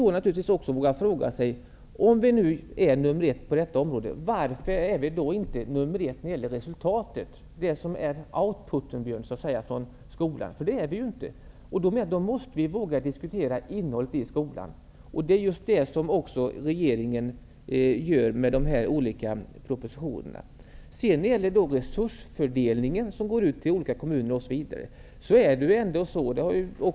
Men då måste man våga fråga sig: Varför ligger vi inte på första plats även när det gäller resultaten, dvs. i fråga om out-put från skolan? I det avseendet ligger vi nämligen inte på första plats. Vi måste då våga diskutera innehållet i skolan. Det är just det som regeringen gör i de propositioner som har framlagts.